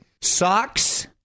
Socks